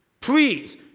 Please